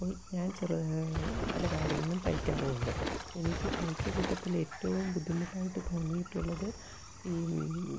അപ്പോൾ ഞാൻ ചെറുത് പല കാര്യങ്ങളും തയ്ക്കാറും ഉണ്ട് എനിക്ക് തയ്ച്ച കൂട്ടത്തിലേറ്റവും ബുദ്ധിമുട്ടായിട്ട് തോന്നിയിട്ടുള്ളത് ഈ